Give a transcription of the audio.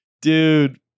dude